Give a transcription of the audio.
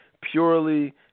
purely